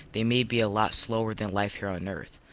they may be a lot slower than life here on earth.